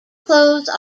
clothes